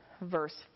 verse